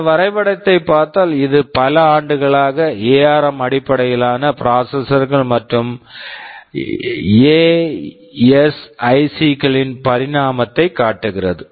இந்த வரைபடத்தைப் பார்த்தால் இது பல ஆண்டுகளாக எஆர்ம் ARM அடிப்படையிலான ப்ராசெசர் processor கள் மற்றும் எஎஸ்ஐசி ASICs களின் பரிணாமத்தைக் காட்டுகிறது